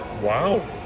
Wow